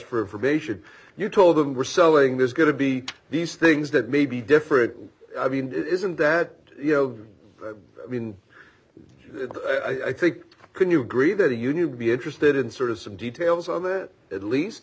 for information you told them were sewing there's going to be these things that may be different i mean isn't that you know i mean i think could you agree that a union would be interested in sort of some details on that at least